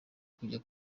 kujya